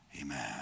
Amen